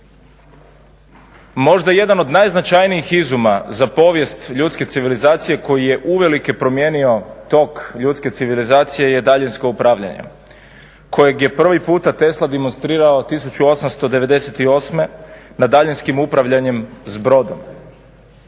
Možda jedan od najznačajnijih izuma za povijest ljudske civilizacije koji je uvelike promijenio tok ljudske civilizacije je daljinsko upravljanje kojeg je prvi puta Tesla demonstrirao 1898. na daljinskim upravljanjem s brodom.